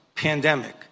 Pandemic